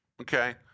Okay